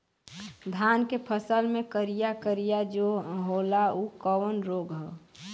धान के फसल मे करिया करिया जो होला ऊ कवन रोग ह?